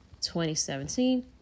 2017